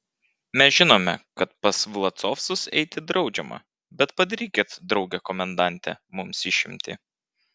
mes žinome kad pas vlasovcus eiti draudžiama bet padarykit drauge komendante mums išimtį